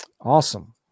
Awesome